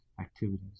activities